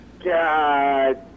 God